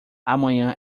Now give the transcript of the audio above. amanhã